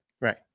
Right